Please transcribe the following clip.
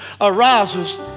arises